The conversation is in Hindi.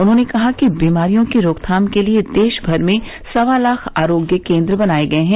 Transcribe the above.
उन्होंने कहा कि बीमारियों की रोकथाम के लिए देशभर में सवा लाख आरोग्य केंद्र बनाए गए हैं